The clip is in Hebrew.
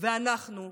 ואנחנו ננצח.